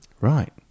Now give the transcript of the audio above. right